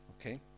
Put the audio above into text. Okay